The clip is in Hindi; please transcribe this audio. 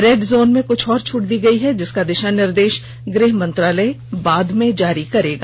रेड जोन में कुछ और छूट दी गयी है जिसका दिशा निर्देश गृह मंत्रालय बाद में जारी करेगा